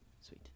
sweet